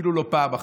אפילו לא פעם אחת.